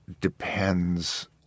depends